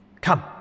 Come